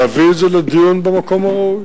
להביא את זה לדיון במקום הראוי.